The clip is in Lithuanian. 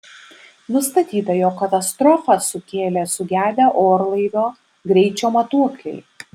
nustatyta jog katastrofą sukėlė sugedę orlaivio greičio matuokliai